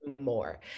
more